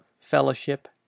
fellowship